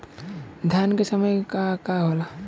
धान के समय का का होला?